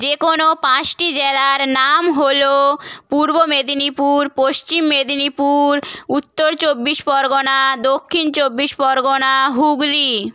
যে কোনো পাঁচটি জেলার নাম হলো পূর্ব মেদিনীপুর পশ্চিম মেদিনীপুর উত্তর চব্বিশ পরগনা দক্ষিণ চব্বিশ পরগনা হুগলি